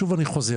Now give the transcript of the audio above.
שוב אני חוזר,